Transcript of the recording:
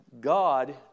God